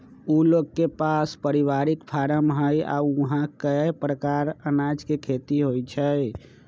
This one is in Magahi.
उ लोग के पास परिवारिक फारम हई आ ऊहा कए परकार अनाज के खेती होई छई